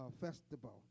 festival